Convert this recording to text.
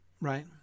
right